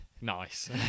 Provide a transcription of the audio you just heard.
nice